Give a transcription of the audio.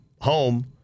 home